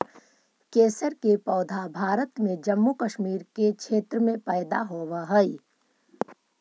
केसर के पौधा भारत में जम्मू कश्मीर के क्षेत्र में पैदा होवऽ हई